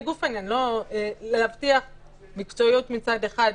לגוף העניין להבטיח מקצועיות מצד אחד,